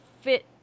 fit